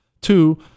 two